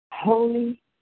Holy